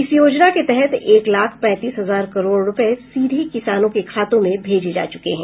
इस योजना के तहत एक लाख पैंतीस हजार करोड़ रुपये सीधे किसानों के खातों में भेजे जा चुके हैं